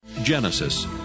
Genesis